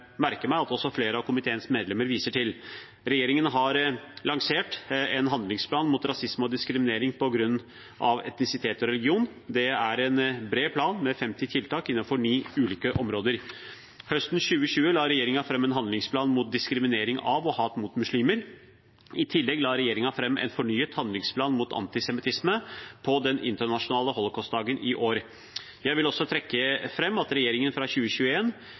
merker meg at også flere av komiteens medlemmer viser til. Regjeringen har lansert en handlingsplan mot rasisme og diskriminering på grunn av etnisitet og religion. Det er en bred plan med 50 tiltak innenfor ni ulike områder. Høsten 2020 la regjeringen fram en handlingsplan mot diskriminering av og hat mot muslimer. I tillegg la regjeringen fram en fornyet handlingsplan mot antisemittisme på Den internasjonale holocaustdagen i år. Jeg vil også trekke fram at regjeringen fra